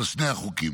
על שני החוקים.